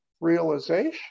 realization